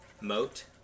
moat